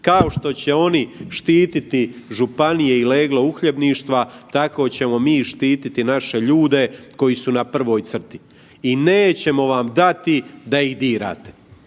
Kao što će oni štititi županije i leglo uhljebništva, tako ćemo mi štititi naše ljude koji su na prvoj crti i nećemo vam dati da ih dirate.